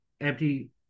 empty